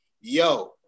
yo